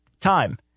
time